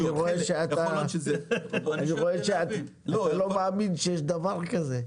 אני רואה שאתה לא מאמין שיש דבר כזה.